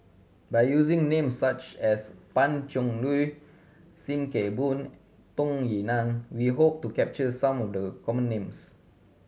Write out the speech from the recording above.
by using name such as Pan Cheng Lui Sim Kee Boon Tung Yue Nang we hope to capture some of the common names